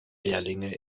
lehrlinge